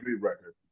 record